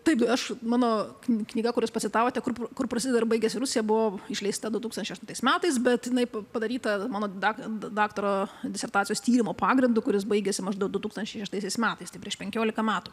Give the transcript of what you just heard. taip aš mano knyga kur jūs pacitavote kur kur prasideda baigiasi rusija buvo išleista du tūkstančiai aštuntais metais bet jinai padaryta mano dak daktaro disertacijos tyrimo pagrindu kuris baigėsi maždaug du tūkstančiai šeštaisiais metais tai prieš penkiolika metų